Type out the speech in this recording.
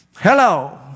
Hello